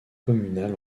communal